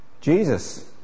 Jesus